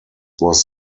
was